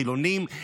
חילוניים,